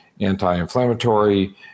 anti-inflammatory